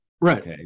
right